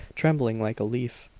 trembling like a leaf.